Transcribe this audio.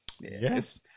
Yes